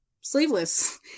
sleeveless